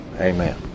amen